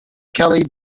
kelly